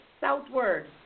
southward